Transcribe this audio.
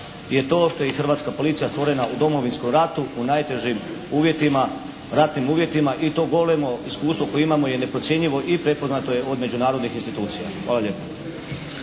je to što je hrvatska policija stvorena u Domovinskom ratu, u najtežim uvjetima, ratnim uvjetima i to golemo iskustvo koje imamo je neprocjenjivo i prepoznato je od međunarodnih institucija. Hvala lijepa.